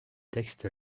texte